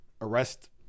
Arrest